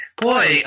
Boy